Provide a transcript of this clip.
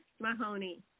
Mahoney